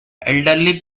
elderly